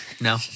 No